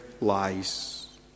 lies